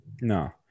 No